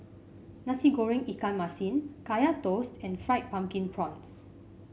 Nasi Goreng Ikan Masin Kaya Toast and Fried Pumpkin Prawns